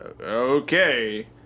Okay